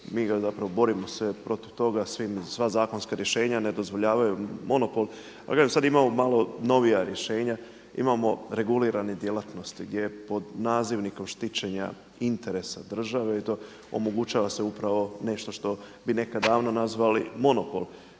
i mi se borimo protiv toga, sva zakonska rješenja ne dozvoljavaju monopol. Sada imamo malo novija rješenja, imamo regulirane djelatnosti gdje pod nazivnikom štićenja interesa države i to omogućava se upravo nešto što bi nekad davno nazvali monopol.